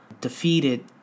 defeated